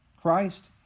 Christ